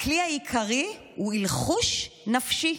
הכלי העיקרי הוא אלחוש נפשי,